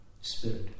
spirit